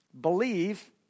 believe